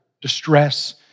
distress